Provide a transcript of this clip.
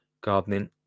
gardening